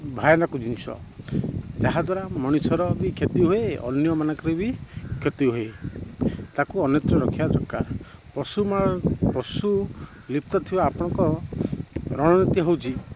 ଭୟାନକ ଜିନିଷ ଯାହାଦ୍ୱାରା ମଣିଷର ବି କ୍ଷତି ହୁଏ ଅନ୍ୟମାନଙ୍କର ବି କ୍ଷତି ହୁଏ ତା'କୁ ଅନ୍ୟତ୍ର ରଖିବା ଦରକାର ପଶୁ ପଶୁ ଲିପ୍ତ ଥିବା ଆପଣଙ୍କ ରଣନୀତି ହେଉଛି